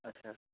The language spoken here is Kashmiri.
اچھا